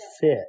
fit